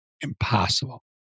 impossible